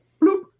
bloop